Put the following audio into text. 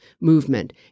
movement